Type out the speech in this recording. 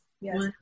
Yes